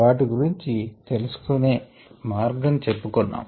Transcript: వాటి గురించి తెలుసుకొనే మార్గం చెప్పుకున్నాం